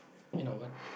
you know what